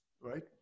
right